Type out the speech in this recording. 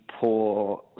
poor